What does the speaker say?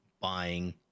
buying